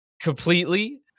completely